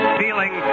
feeling